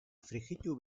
frijitu